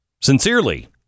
Sincerely